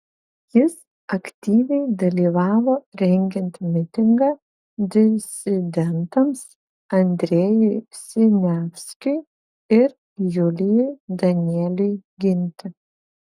jis aktyviai dalyvavo rengiant mitingą disidentams andrejui siniavskiui ir julijui danieliui ginti